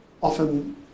often